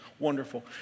wonderful